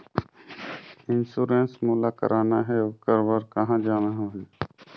Insurance मोला कराना हे ओकर बार कहा जाना होही?